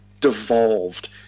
devolved